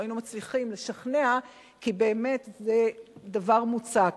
לא היינו מצליחים לשכנע שבאמת זה דבר מוצק.